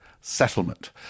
settlement